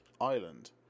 island